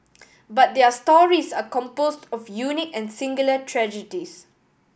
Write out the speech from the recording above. but their stories are composed of unique and singular tragedies